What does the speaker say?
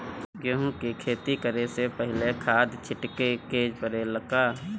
गेहू के खेती करे से पहिले खाद छिटे के परेला का?